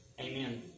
Amen